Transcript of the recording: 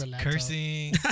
Cursing